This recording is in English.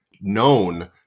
known